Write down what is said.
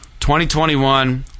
2021